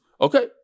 okay